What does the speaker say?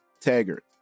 taggart